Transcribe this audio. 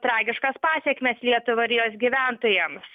tragiškas pasekmes lietuvai ir jos gyventojams